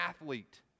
athlete